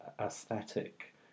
aesthetic